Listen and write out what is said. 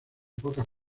pocas